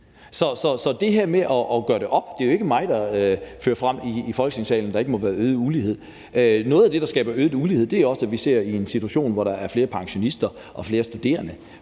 til det her med at gøre det op, vil jeg sige, at det jo ikke er mig, der fremfører i Folketingssalen, at der ikke må være øget ulighed. Noget af det, der skaber øget ulighed, er også det, vi ser i en situation, hvor der er flere pensionister og flere studerende,